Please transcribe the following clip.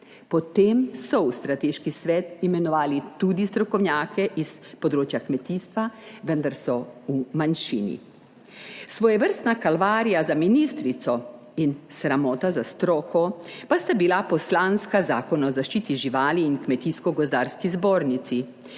Potem so v strateški svet imenovali tudi strokovnjake s področja kmetijstva, vendar so v manjšini. Svojevrstna kalvarija za ministrico in sramota za stroko pa sta bila poslanska Zakona o zaščiti živali in kmetijsko gozdarski zbornici,